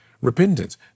repentance